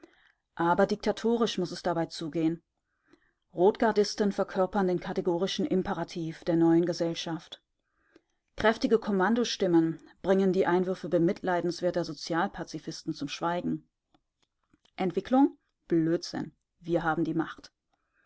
aber diktatorisch muß es dabei zugehen rotgardisten verkörpern den kategorischen imperativ der neuen gesellschaft kräftige kommandostimmen bringen die einwürfe bemitleidenswerter sozialpazifisten zum schweigen entwicklung blödsinn wir haben die macht